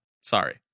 Sorry